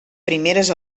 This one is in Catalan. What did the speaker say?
primeres